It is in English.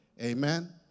Amen